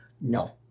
No